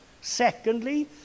secondly